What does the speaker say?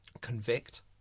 convict